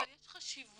לא, אבל יש חשיבות